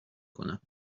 کنم